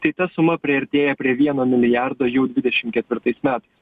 tai ta suma priartėja prie vieno milijardo jau dvidešim ketvirtais metais